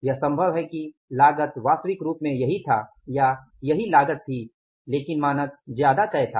यह संभव है कि लागत वास्तविक रूप में यही था या यही लागत थी लेकिन मानक ज्यादा तय था